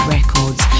Records